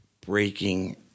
breaking